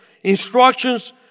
instructions